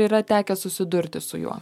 yra tekę susidurti su juo